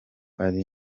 ari